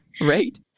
Right